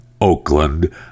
Oakland